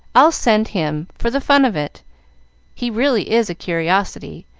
i'll send him, for the fun of it he really is a curiosity,